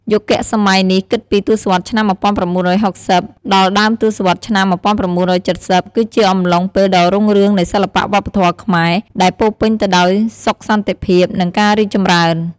យុគសម័យនេះ គិតពី ទសវត្សរ៍ឆ្នាំ១៩៦០ ដល់ដើមទសវត្សរ៍ឆ្នាំ១៩៧០ គឺជាអំឡុងពេលដ៏រុងរឿងនៃសិល្បៈវប្បធម៌ខ្មែរ ដែលពោរពេញទៅដោយសុខសន្តិភាព និងការរីកចម្រើន។